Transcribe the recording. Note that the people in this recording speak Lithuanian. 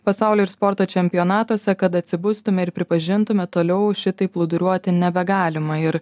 pasaulio ir sporto čempionatuose kad atsibustume ir pripažintume toliau šitaip plūduriuoti nebegalima ir